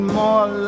more